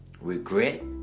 Regret